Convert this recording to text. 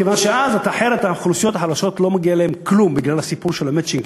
כיוון שאחרת לאוכלוסיות החלשות לא מגיע כלום בגלל הסיפור של המצ'ינג,